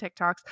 TikToks